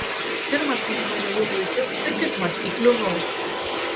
pirmąsyk važiavau zuikiu ir kaipmat įkliuvau